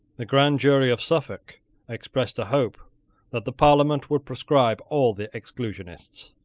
the grand jury of suffolk expressed a hope that the parliament would proscribe all the exclusionists.